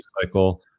cycle